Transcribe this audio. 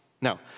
Now